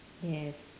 yes